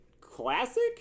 classic